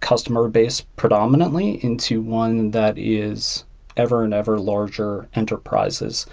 customer base predominantly into one that is ever and ever larger enterprises.